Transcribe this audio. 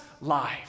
life